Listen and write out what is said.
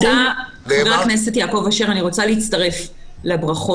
אבל יש פה איזשהו אתגר שצריך לחדד